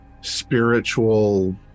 spiritual